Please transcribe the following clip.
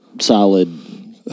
solid